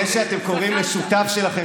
זה שאתם קוראים לשותף שלכם,